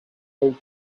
old